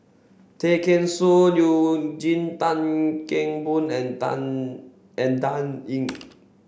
Tay Kheng Soon Eugene Tan Kheng Boon and Dan and Dan Ying